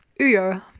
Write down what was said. Uyo